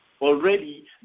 already